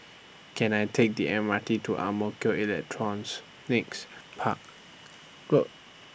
Can I Take The M R T to Ang Mo Kio Electronics Park Road